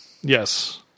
Yes